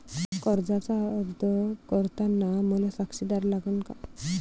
कर्जाचा अर्ज करताना मले साक्षीदार लागन का?